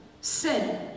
Sin